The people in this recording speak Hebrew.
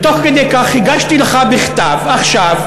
ותוך כדי כך הגשתי לך בכתב עכשיו.